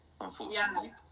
unfortunately